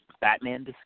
Batman